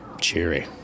Cheery